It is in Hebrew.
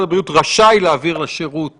אני יכולה להגיד לכם שאני הסרתי את זה בגלל